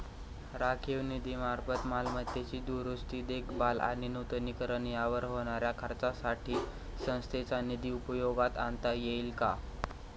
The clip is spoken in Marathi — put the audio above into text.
राखीव निधीमार्फत मालमत्तेची दुरुस्ती, देखभाल आणि नूतनीकरण यावर होणाऱ्या खर्चासाठी संस्थेचा निधी उपयोगात आणता येईल का?